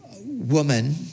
woman